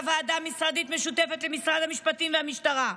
ועדה משרדית משותפת למשרד המשפטים ולמשטרה,